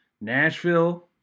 Nashville